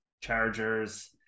Chargers